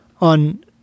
on